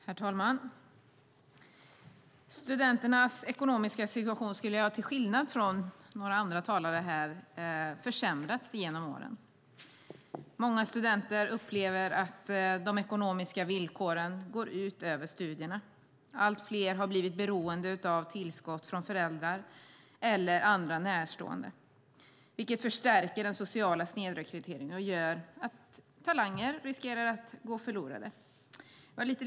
Herr talman! Studenternas ekonomiska situation skulle jag, till skillnad från några andra talare här, vilja hävda har försämrats genom åren. Många studenter upplever att de ekonomiska villkoren går ut över studierna. Allt fler har blivit beroende av tillskott från föräldrar eller andra närstående, vilket förstärker den sociala snedrekryteringen och gör att talanger riskerar att gå förlorade.